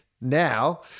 now